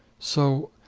so,